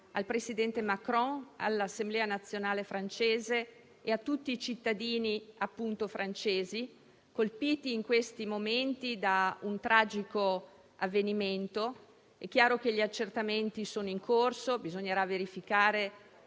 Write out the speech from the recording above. al presidente Macron, all'Assemblea nazionale francese e a tutti i cittadini francesi, colpiti in questo momento da un tragico avvenimento. È chiaro che gli accertamenti sono in corso e bisognerà verificare